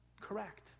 correct